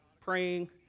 praying